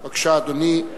בבקשה, אדוני.